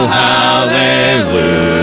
hallelujah